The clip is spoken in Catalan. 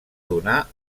donar